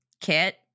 kit